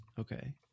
okay